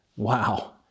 Wow